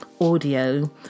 audio